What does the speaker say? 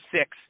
six